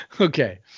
Okay